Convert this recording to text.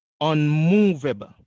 unmovable